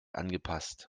angepasst